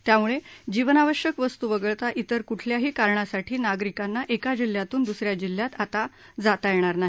त्यामुळे जीवनावश्यक वस्तू वगळता इतर कुठल्याही कारणासाठी नागरिकांना एका जिल्ह्यातून द्रसऱ्या जिल्ह्यात जाता येणार नाही